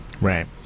Right